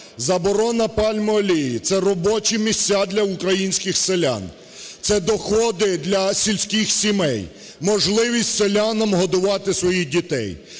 Заборона пальмової олії – це робочі місця для українських селян, це доходи для сільських сімей, можливість селянам годувати своїх дітей.